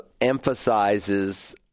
emphasizes